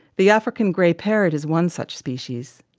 the african grey parrot is one such species.